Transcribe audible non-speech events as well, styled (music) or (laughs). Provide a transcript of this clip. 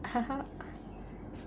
(laughs)